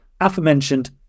aforementioned